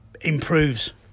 improves